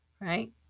right